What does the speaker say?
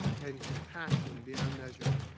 and compassion beyond measure.